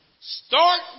Start